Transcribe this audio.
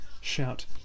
shout